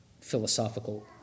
philosophical